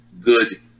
good